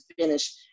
finish